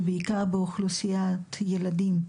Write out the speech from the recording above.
ובעיקר באוכלוסיית ילדים.